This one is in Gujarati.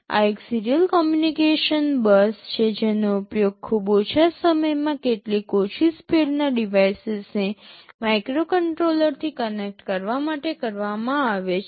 આ એક સીરીયલ કમ્યુનિકેશન બસ છે જેનો ઉપયોગ ખૂબ ઓછા સમયમાં કેટલીક ઓછી સ્પીડના ડિવાઇસીસને માઇક્રોકન્ટ્રોલરથી કનેક્ટ કરવા માટે કરવામાં આવે છે